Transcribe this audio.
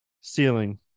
ceiling